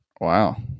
Wow